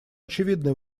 очевидна